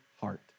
heart